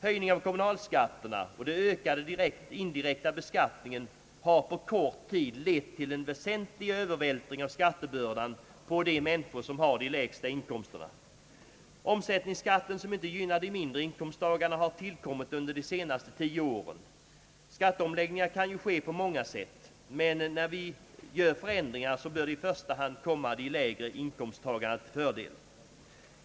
Höjningen av kommunalskatterna och den ökade indirekta beskattningen har på kort tid lett till en väsentlig övervältring av skattebördan på de människor som har de lägsta inkomsterna. Omsättningsskatten, som inte gynnar de mindre inkomsttagarna, har tillkommit under de senaste tio åren. Skatteomläggningar kan ju ske på många sätt, men när vi gör förändringar så bör det i första hand komma de lägre inkomsttagarna till fördel.